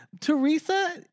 Teresa